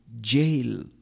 jail